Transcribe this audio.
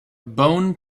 bone